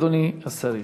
אדוני השר ישיב.